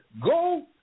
go